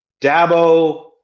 Dabo